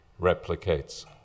replicates